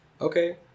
okay